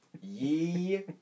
yee